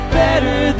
better